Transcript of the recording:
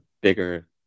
bigger